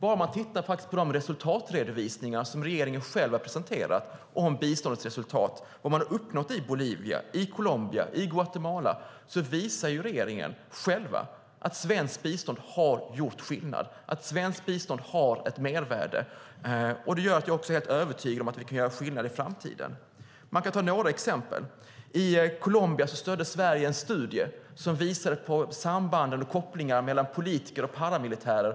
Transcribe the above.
Om man tittar på de resultatredovisningar som regeringen själv har presenterat om biståndets resultat i Bolivia, i Colombia och i Guatemala visar regeringen att svenskt bistånd har gjort skillnad och att svenskt bistånd har ett mervärde. Det gör att jag också är helt övertygad om att vi kan göra skillnad i framtiden. Jag kan ta några exempel. I Colombia stödde Sverige en studie som visade på samband och kopplingar mellan politiker och paramilitärer.